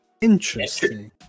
Interesting